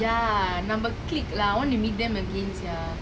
ya நம்ப:namba clique lah I want to meet them again sia